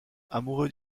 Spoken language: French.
amoureux